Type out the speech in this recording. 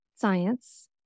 science